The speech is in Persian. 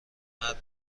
مرد